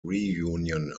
reunion